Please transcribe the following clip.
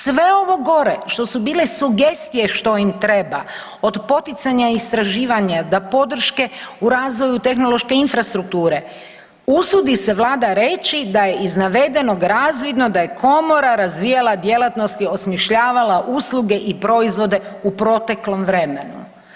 Sve ovo gore što su bile sugestije što im treba od poticanja istraživanja da podrške u razvoju tehnološke infrastrukture usudi se Vlada reći da je iz navedenog razvidno da je komora razvijala djelatnosti, osmišljavala usluge i proizvode u proteklom vremenu.